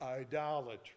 idolatry